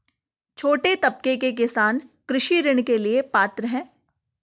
छोटे तबके के किसान कृषि ऋण के लिए पात्र हैं?